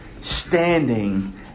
standing